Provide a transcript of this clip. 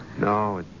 No